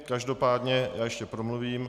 Každopádně já ještě promluvím.